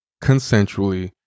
consensually